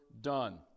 done